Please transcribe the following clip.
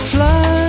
Fly